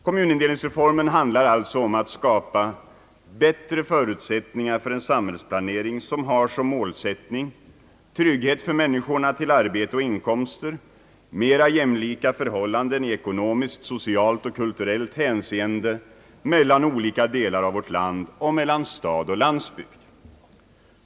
Kommunindelningsreformen är alltså avsedd att skapa bättre förutsättningar för en samhällsplanering som har som målsättning trygghet för människorna till arbete och inkomster, mera jämlika förhållanden i ekonomiskt, socialt och kulturellt hänseende mellan olika delar av vårt land och mellan stad och landsbygd.